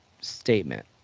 statement